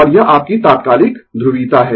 और यह आपकी तात्कालिक ध्रुवीयता है